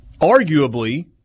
arguably